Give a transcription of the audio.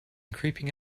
creeping